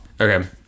Okay